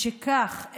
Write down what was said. משכך,